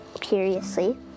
curiously